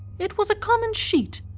it was a common sheet,